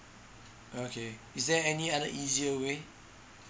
okay is there any other easier way